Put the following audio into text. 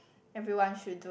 everyone should do